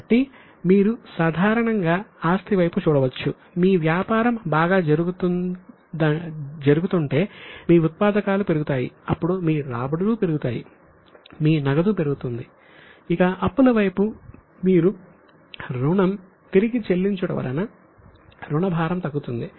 కాబట్టి మీరు సాధారణంగా ఆస్తి వైపు చూడవచ్చు మీ వ్యాపారం బాగా జరుగుతుంటే మీ ఉత్పాదకాలు పెరుగుతాయి అప్పుడు మీ రాబడులు పెరుగుతాయి మీ నగదు పెరుగుతుంది ఇక అప్పుల వైపు మీరు రుణం తిరిగి చెల్లించు ట వలన రుణభారం తగ్గుతుంది